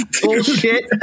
bullshit